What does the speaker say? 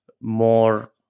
more